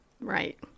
Right